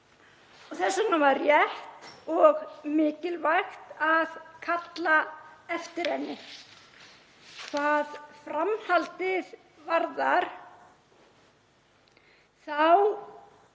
Þess vegna var rétt og mikilvægt að kalla eftir henni. Hvað framhaldið varðar þá